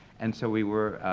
and so we were,